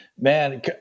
Man